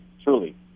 truly